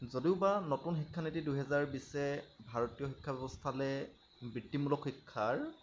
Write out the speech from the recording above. যদিওবা নতুন শিক্ষা নীতি দুইহাজাৰ বিশে ভাৰতীয় শিক্ষা ব্যৱস্থালে বৃত্তিমূলক শিক্ষাৰ